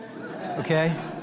okay